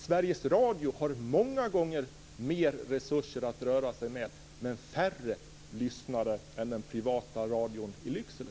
Sveriges Radio har många gånger mer resurser att röra sig med men färre lyssnare än den privata radion i Lycksele.